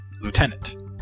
Lieutenant